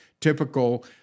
typical